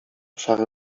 szary